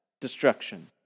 destruction